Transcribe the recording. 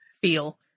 feel